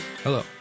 Hello